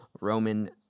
Roman